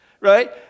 right